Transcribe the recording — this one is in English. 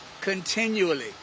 continually